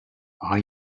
are